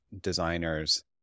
designers